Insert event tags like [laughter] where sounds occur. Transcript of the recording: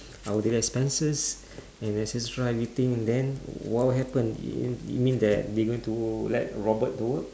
how will the expenses [breath] and then since try waiting then what would happen y~ you mean that they going to let robert to work